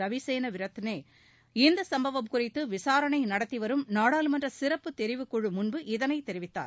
ரவிசேன விரத்னே இந்த சம்பவம் குறித்து விசாரணை நடத்தி வரும் நாடாளுமன்ற சிறப்புத் தெரிவுக் குழு முன்பு இதனைத் தெரிவித்தார்